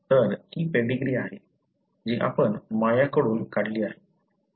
तर ही पेडीग्री आहे जी आपण माया कढून काढली आहे